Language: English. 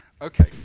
Okay